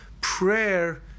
prayer